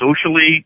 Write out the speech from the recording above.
socially